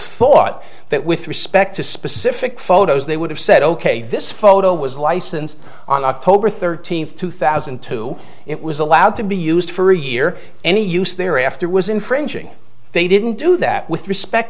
thought that with respect to specific photos they would have said ok this photo was licensed on october thirteenth two thousand and two it was allowed to be used for a year any use their after was infringing they didn't do that with respect